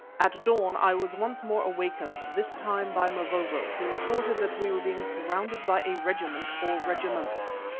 at dawn i was once more awakened, this time by mavovo, who reported that we were being surrounded by a regiment, or regiments.